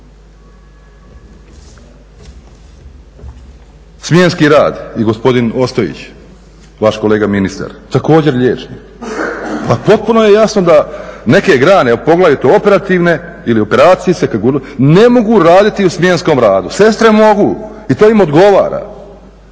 Smjenski rad i gospodin Ostojić, vaš kolega ministar, također liječnik, pa potpuno je jasno da neke grane, a poglavito operativne ili operacije kako god se ne mogu raditi u smjenskom radu. Sestre mogu i to im odgovara.